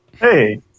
Hey